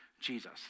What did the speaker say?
Jesus